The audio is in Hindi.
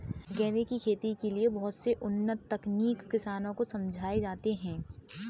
गेंदा की खेती के लिए बहुत से उन्नत तकनीक किसानों को समझाए जाते हैं